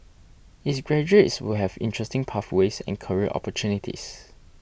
its graduates will have interesting pathways and career opportunities